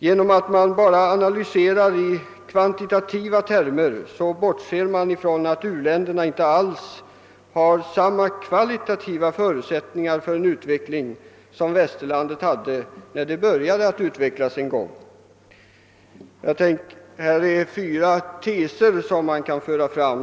Genom att man bara analyserar i kvantitativa termer bortser man från att u-länderna inte alls har samma kvalitativa förutsättningar för en utveckling som västerlandet hade när det en gång började ut vecklas.